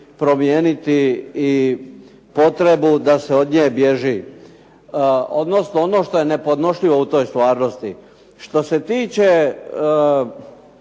promijeniti i potrebu da se od nje bježi, odnosno ono što je nepodnošljivo u toj stvarnosti. Što se tiče